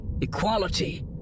Equality